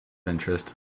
interest